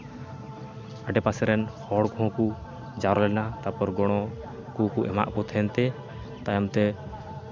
ᱟᱰᱮᱯᱟᱥᱮ ᱨᱮᱱ ᱦᱚᱲ ᱠᱚᱦᱚᱸ ᱠᱚ ᱡᱟᱣᱨᱟ ᱞᱮᱱᱟ ᱛᱟᱯᱚᱨ ᱜᱚᱲᱚ ᱠᱚᱦᱚᱸᱠᱚ ᱮᱢᱟᱫ ᱠᱚ ᱛᱟᱦᱮᱱ ᱛᱮ ᱛᱟᱭᱚᱢ ᱛᱮ